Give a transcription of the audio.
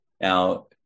Now